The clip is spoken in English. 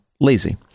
lazy